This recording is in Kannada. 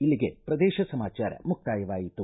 ಇಲ್ಲಿಗೆ ಪ್ರದೇಶ ಸಮಾಚಾರ ಮುಕ್ತಾಯವಾಯಿತು